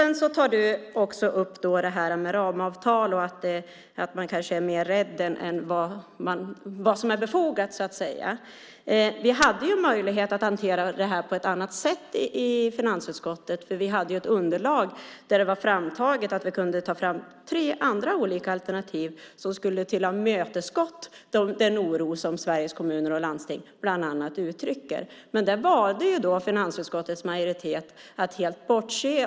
Emma tar också upp det här med ramavtal och att man kanske är mer rädd än vad som är befogat. Vi hade en möjlighet att hantera det här på ett annat sätt i finansutskottet, för vi hade ett underlag där det var framtaget att vi kunde ta fram tre andra olika alternativ som skulle ha tillmötesgått den oro som bland andra Sveriges Kommuner och Landsting uttrycker. Men finansutskottets majoritet valde att helt bortse från detta.